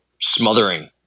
smothering